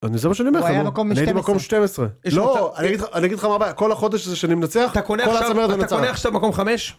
זה מה שאני אומר לך נו, אני הייתי במקום 12. לא, אני אגיד לך מה הבעיה, כל החודש הזה שאני מנצח, כל הצמרד הזה נצח.